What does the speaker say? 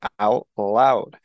OUTLOUD